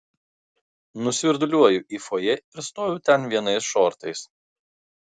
nusvirduliuoju į fojė ir stoviu ten vienais šortais